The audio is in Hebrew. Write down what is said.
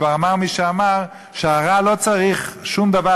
כבר אמר מי שאמר שהרע לא צריך שום דבר,